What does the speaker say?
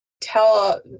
tell